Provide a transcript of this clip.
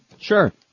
Sure